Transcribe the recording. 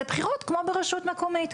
לבחירות כמו לרשות המקומית,